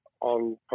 on